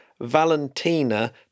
Valentina